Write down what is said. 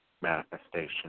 manifestation